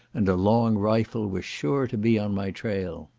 and a long rifle were sure to be on my trail.